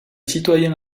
citoyen